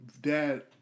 dad